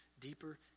deeper